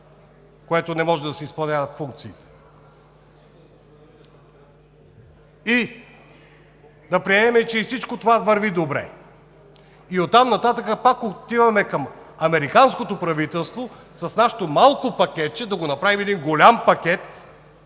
което не може да си изпълняваш функциите. Да приемем, че и всичко това върви добре. Оттам нататък пак отиваме към американското правителство с нашето малко пакетче – да го направим един голям пакет